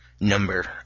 number